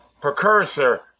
precursor